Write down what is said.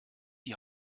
die